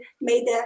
made